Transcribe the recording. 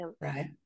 right